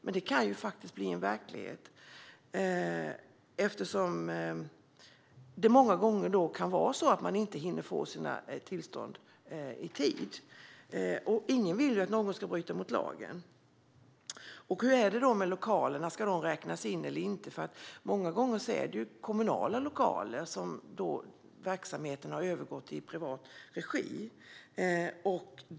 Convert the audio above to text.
Men det kan bli verklighet, eftersom det många gånger kan bli på det sättet att man inte hinner få sina tillstånd i tid. Och det är ingen som vill att man ska behöva bryta mot lagen. Hur är det med lokalerna? Ska de räknas in eller inte? Många gånger handlar det om kommunala lokaler där verksamheten har övergått till privat regi.